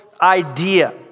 idea